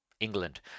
England